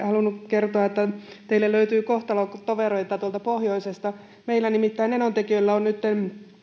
kertoa että teille löytyy kohtalotovereita tuolta pohjoisesta meillä nimittäin enontekiöllä on nytten